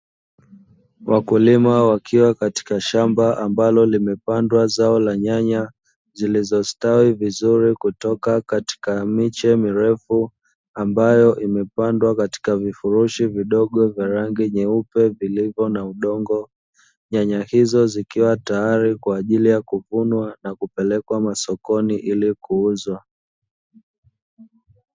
Wakulima wakiwa katik shamba ambalo limepandwa zao la nyanya zilizostawi vizuri kutoka katika miche mirefu, ambayo imepandwa katika vifurushi vidogo vya rangi yeupe vilivyo na udongo. Nyanya hizo zikiwa tayari kwajili ya kuvunwa na kupelekwa masokoni ili kuuzwa.